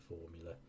formula